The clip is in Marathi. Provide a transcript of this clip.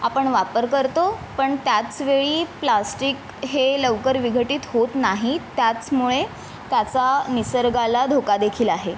आपण वापर करतो पण त्याचवेळी प्लास्टिक हे लवकर विघटीत होत नाही त्याचमुळे त्याचा निसर्गाला धोका देखील आहे